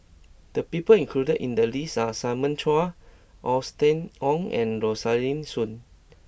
the people included in the list are Simon Chua Austen Ong and Rosaline Soon